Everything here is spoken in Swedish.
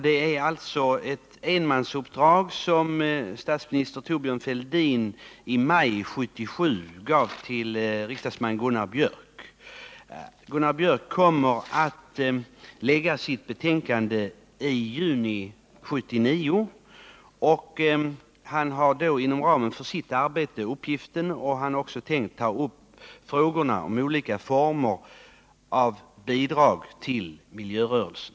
Det är ett enmansuppdrag som förre statsministern Thorbjörn Fälldin i maj 1977 gav till riksdagsman Gunnar Björk i Gävle. Gunnar Björk kommer att lägga fram sitt betänkande i juni 1979. Han har inom ramen för sitt arbete uppgiften att ta upp frågan om olika former av bidrag till miljörörelsen.